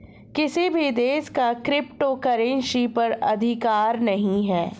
किसी भी देश का क्रिप्टो करेंसी पर अधिकार नहीं है